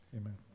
Amen